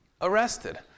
Arrested